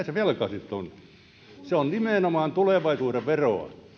se velka sitten on se on nimenomaan tulevaisuuden veroa